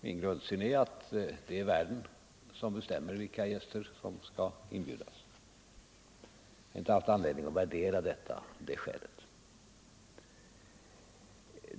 Min grundsyn är den att det är värden som bestämmer vilka gäster som skall inbjudas. Jag har av det skälet inte haft någon anledning att värdera valet av gäster.